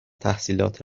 تحصیلات